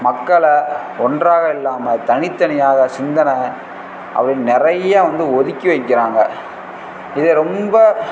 மக்களை ஒன்றாக இல்லாமல் தனித்தனியாக சிந்தனை அப்படின்னு நிறையா வந்து ஒதுக்கி வைக்கிறாங்க இது ரொம்ப